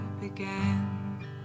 began